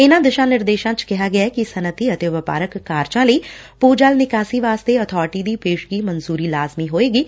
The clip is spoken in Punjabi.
ਇਨੂਾਂ ਦਿਸ਼ਾ ਨਿਰੇਦੇਸ਼ਾਂ ਚ ਕਿਹਾ ਗਿਐ ਕਿ ਸਨੱਅਤੀ ਅਤੇ ਵਪਾਰਕ ਕਾਰਜਾਂ ਲਈ ਭੂ ਜਲ ਨਿਕਾਸੀ ਵਾਸਤੇ ਅਬਾਰਟੀ ਦੀ ਪੇਸ਼ਗੀ ਮਨਜੁਰੀ ਲਾਜ਼ਮੀ ਹੋਏਗੀ